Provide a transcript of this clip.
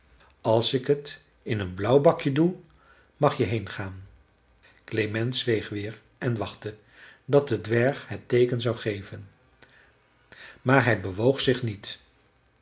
als ik het in een blauw bakje doe mag je heengaan klement zweeg weer en wachtte dat de dwerg het teeken zou geven maar hij bewoog zich niet